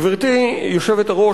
גברתי היושבת-ראש,